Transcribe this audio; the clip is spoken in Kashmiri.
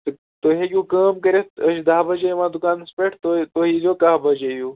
تُہۍ ہیٚکِو کٲم کٔرِتھ أسۍ چھِ دَہ بجے یِوان دُکانس پٮ۪ٹھ تۄہہِ ییِٖزو کاہ بجے ہیٚو